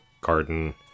garden